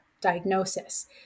diagnosis